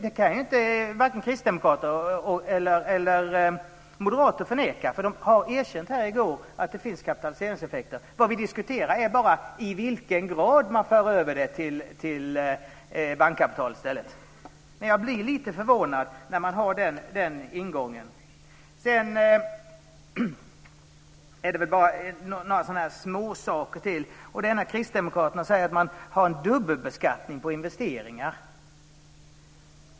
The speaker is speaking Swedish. Det kan varken kristdemokrater eller moderater förneka. De erkände i går att det finns kapitaliseringseffekter. Det vi diskuterar är bara i vilken grad man för över detta till bankkapitalet. Jag blir lite förvånad när man har den ingången. Jag vill bara ta upp en liten sak till. Det är när kristdemokraterna säger att man har dubbelbeskattning på investeringar.